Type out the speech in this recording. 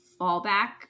fallback